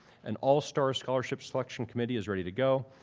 an all-star scholarship selection committee is ready to go,